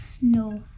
No